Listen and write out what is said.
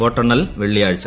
വോട്ടെണ്ണൽ വെള്ളിയാഴ്ച